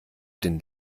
den